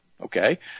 Okay